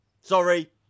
sorry